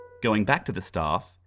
going back to the staff,